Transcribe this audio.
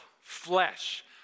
flesh